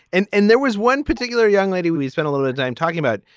and and there was one particular young lady we we spent a lot of time talking about.